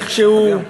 איכשהו,